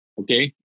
Okay